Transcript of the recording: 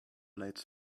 blades